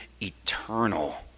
eternal